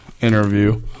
interview